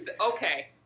okay